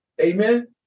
Amen